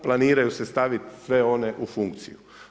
Planiraju se staviti sve one u funkciju.